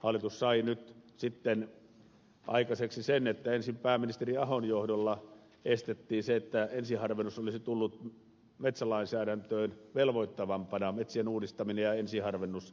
hallitus sai nyt sitten aikaiseksi sen että ensin pääministeri ahon johdolla estettiin se että ensiharvennus olisi tullut metsälainsäädäntöön velvoittavampana metsien uudistaminen ja ensiharvennus